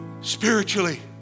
spiritually